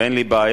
ואין לי בעיה.